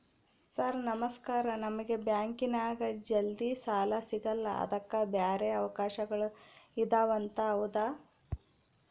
Sir ನಮಸ್ಕಾರ ನಮಗೆ ಬ್ಯಾಂಕಿನ್ಯಾಗ ಜಲ್ದಿ ಸಾಲ ಸಿಗಲ್ಲ ಅದಕ್ಕ ಬ್ಯಾರೆ ಅವಕಾಶಗಳು ಇದವಂತ ಹೌದಾ?